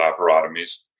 laparotomies